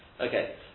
Okay